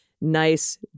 nice